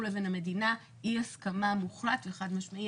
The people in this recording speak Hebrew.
לבין המדינה אי הסכמה מוחלט וחד משמעי.